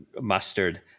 mustard